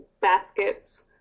baskets